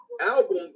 album